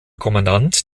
kommandant